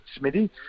Smitty